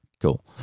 Cool